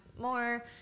more